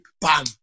Bam